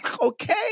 Okay